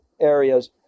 areas